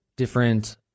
Different